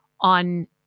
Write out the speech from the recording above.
on